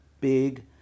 big